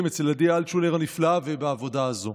אצל עדי אלטשולר הנפלאה ובעבודה הזו.